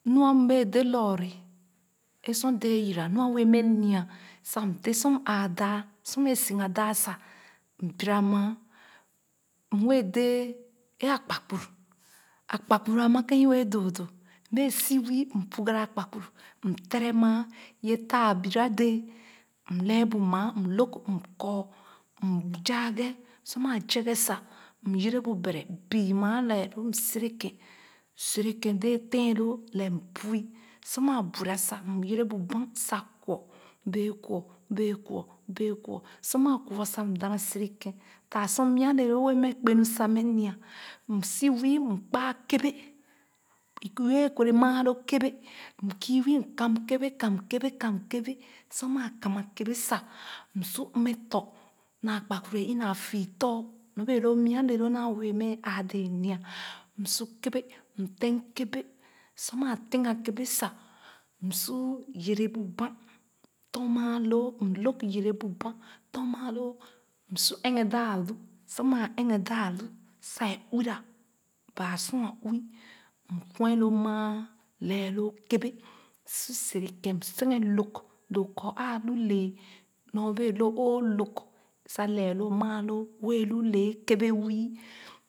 Nua mbee dɛɛ lorre ee sor dɛɛ yira nu a bee mɛ nyia sa m dɛɛ su m āā daah sor mɛ siga dààh sa m bira m wɛɛ dɛɛ eeh akpakpuru akpakuru a ma kèn i wɛɛ doo doo m bee si wii m bugarra akpakpuru m tere maa yee taa bira dɛɛ m lɛɛ bu maa m lõg m kɔ̃ɔ̃ m zaaghe sor maa zeeghe sa m yere bu bere m bii maa lɛɛ loo m serekèn serekèn dɛɛ tèn loo lɛɛ m bui sor maa bura sa m yere bu bamh sa kwɔ bee kwɔ bee kwɔ bee kwɔ sor maa kwɔ ah sa m dana sere kèn fanh sor mia le loo bee mɛ kpè nu sa bee mɛ nyia m si wii m kpaa kɛbɛɛ m bee kure maa lo kɛbɛɛ m kii wii m kam kɛbɛɛ kam kɛbɛɛ kam kɛbɛɛ sor maa ka ma kɛbɛɛ sa m su mɛ tɔ̃ na akpakpuru eeh ina fii tor nor bee loo nwa le loo naa wɛɛ mɛ aa dee nyia m su kɛbɛɛ m tɛng sor maa tènga kɛbɛɛ sa m su yere bu banh tɔnmaa loo m lōg yere bu banh tɔn maa loo su eghe daalu sor maa ɛghe daalu sa ee uwi ra baa sor a uwi m kwen lo maa lɛɛ loo kɛbɛɛ su sere kèn m senghe lōg doo kɔ aa loo lɛɛ nor bee lo o lōg sa lɛɛ lo maa loo wɛɛ lu lɛɛ kɛbɛɛ wii